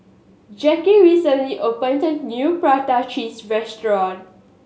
Jacky recently opened new prata cheese restaurant